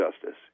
justice